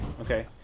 Okay